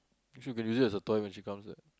she can use it as a toy when she comes